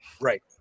Right